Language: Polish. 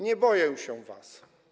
Nie boję się was.